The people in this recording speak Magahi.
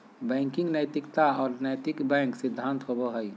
बैंकिंग नैतिकता और नैतिक बैंक सिद्धांत होबो हइ